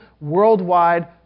worldwide